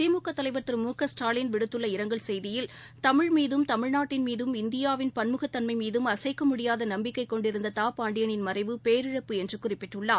திமுக தலைவர் திரு மு க ஸ்டாலின் விடுத்துள்ள இரங்கல் செய்தியில் தமிழ் மீதும் தமிழ்நாட்டின் மீதும் இந்தியாவின் பன்முகத் தன்மை மீதும் அசைக்க முடியாத நம்பிக்கை கொண்டிருந்த திரு பாண்டியனின் மறைவு பேரிழப்பு என்று குறிப்பிட்டுள்ளார்